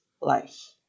life